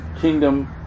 kingdom